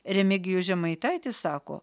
remigijus žemaitaitis sako